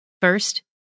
First